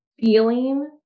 feeling